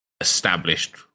established